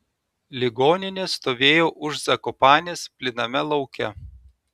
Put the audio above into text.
ligoninė stovėjo už zakopanės plyname lauke